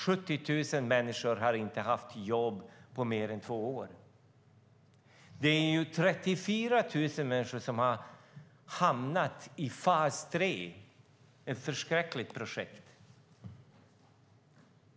70 000 människor har inte haft jobb på mer än två år. 34 000 människor har hamnat i fas 3, som är ett förskräckligt projekt.